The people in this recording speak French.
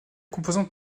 composante